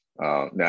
Now